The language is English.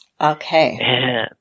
Okay